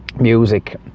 music